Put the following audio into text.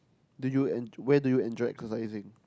do you enjoy where did you enjoy coalescing